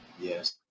yes